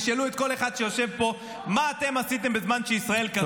וישאלו כל אחד שיושב פה: מה אתם עשיתם בזמן שישראל קרסה?